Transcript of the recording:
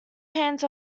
hands